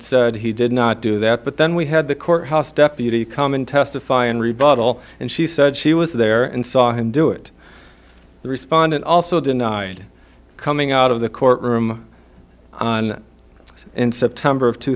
said he did not do that but then we had the courthouse deputy come and testify in rebuttal and she said she was there and saw him do it the respondent also denied coming out of the court room on in september of two